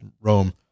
Rome